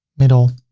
middle,